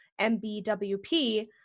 MBWP